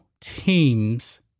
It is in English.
teams